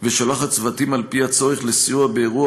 ושולחת צוותים על פי הצורך לסיוע באירוע